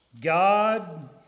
god